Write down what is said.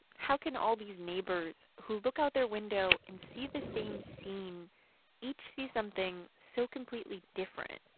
how can all these neighbors who look out their window and see the same scene each see something so completely different?